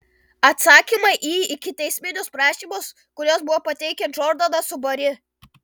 atsakymai į ikiteisminius prašymus kuriuos buvo pateikę džordanas su bari